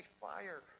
fire